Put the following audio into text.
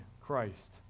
Christ